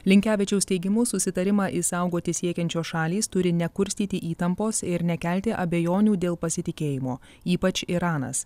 linkevičiaus teigimu susitarimą išsaugoti siekiančios šalys turi nekurstyti įtampos ir nekelti abejonių dėl pasitikėjimo ypač iranas